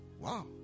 Wow